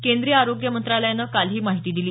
केंद्रीय आरोग्य मंत्रालयानं काल ही माहिती दिली